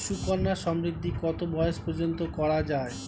সুকন্যা সমৃদ্ধী কত বয়স পর্যন্ত করা যায়?